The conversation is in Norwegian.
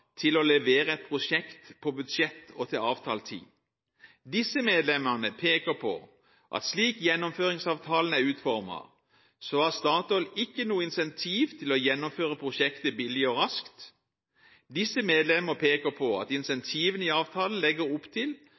til å levere et prosjekt på budsjett og til avtalt tid. Disse medlemmer peker på at slik gjennomføringsavtalen er utformet, så har Statoil ikke noe incentiv til å gjennomføre prosjektet billig og raskt. Disse medlemmer peker på at incentivene i avtalen legger opp til